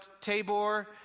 tabor